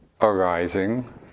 arising